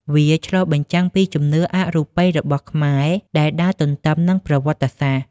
វាឆ្លុះបញ្ចាំងពីជំនឿអរូបិយរបស់ខ្មែរដែលដើរទន្ទឹមនឹងប្រវត្តិសាស្ត្រ។